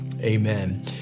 Amen